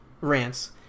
rants